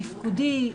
תפקודי,